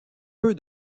peu